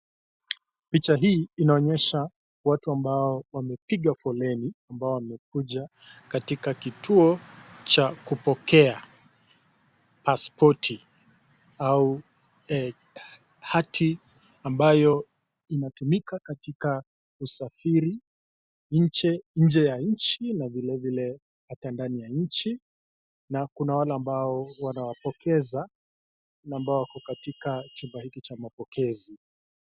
Picha hii inaonyesha watu ambao wamepiga foleni ambao wamekuja katika kituo cha kupokea pasipoti au hati ambayo inatumika katika usafiri nje ya nchi na vile vile hata ndani ya nchi na kuna wale ambao wanawapokeza wale ambao wako katika chumba hiki cha maapokezi.